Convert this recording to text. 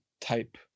type